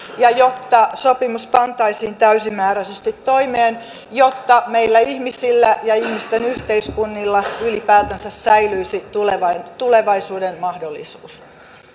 ja jotta sopimus pantaisiin täysimääräisesti toimeen jotta meillä ihmisillä ja ihmisten yhteiskunnilla ylipäätänsä säilyisi tulevaisuuden mahdollisuus